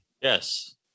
yes